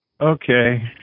okay